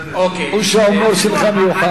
חוש ההומור שלך מיוחד.